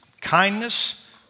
kindness